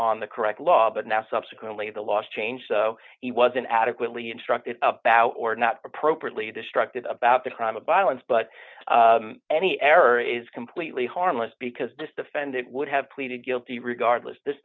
on the correct law but now subsequently the last change he was an adequately instructed about or not appropriately destructive about the crime of violence but any error is completely harmless because this defendant would have pleaded guilty regardless this